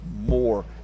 more